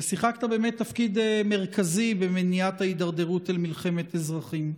ושיחקת באמת תפקיד מרכזי במניעת הידרדרות אל מלחמת אזרחים.